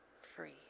free